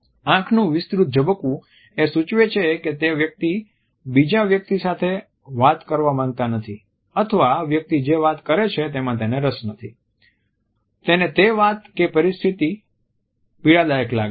આંખનું વિસ્તૃત ઝબૂકવું એ સૂચવે છે કે તે વ્યક્તિ બીજા વ્યક્તિ સાથે વાત કરવા માંગતા નથી અથવા વ્યક્તિ જે વાત કરે છે તેમાં તેને રસ નથી તેને તે વાત કે પરિસ્થિતિ પીડાદાયક લાગે છે